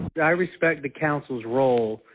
i respect the council's role